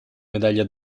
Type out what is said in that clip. medaglia